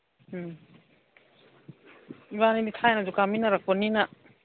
ꯎꯝ ꯏꯕꯥꯅꯤꯗꯤ ꯊꯥꯏꯅꯁꯨ ꯀꯥꯃꯤꯟꯅꯔꯛꯄꯅꯤꯅ